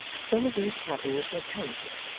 some of these cabins were turreted,